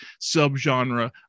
subgenre